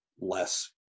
less